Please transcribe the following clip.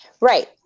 Right